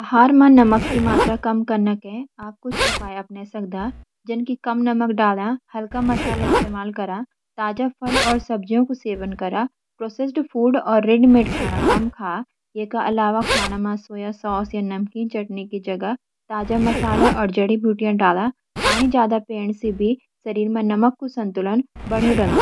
आहार म नमक की मात्रा कम कन के आप कुछ उपाय अपना सकदा। जन कि, कम नमक डाला, हल्का मसाला इस्तेमाल करा, ताजे फल और सब्जियों का सेवन करा, प्रोसेस्ड फूड्स और रेडीमेड खाना कम खा। इके अलावा, खाने में सोया सॉस या नमकीन चटनी की जगह ताजे मसाले और जड़ी-बूटियाँ डाला। पानी ज्यादा पीने से भी शरीर में नमक का संतुलन बनू रहन्दु।